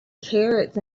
carrots